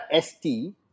ST